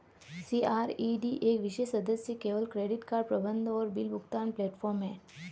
CRED एक विशेष सदस्य केवल क्रेडिट कार्ड प्रबंधन और बिल भुगतान प्लेटफ़ॉर्म है